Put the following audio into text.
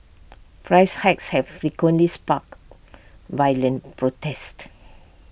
price hikes have frequently sparked violent protests